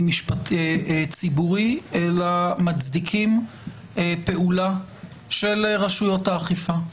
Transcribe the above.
ציבורי אלא מצדיקים פעולה של רשויות האכיפה.